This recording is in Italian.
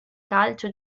calcio